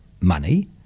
money –